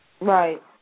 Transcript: Right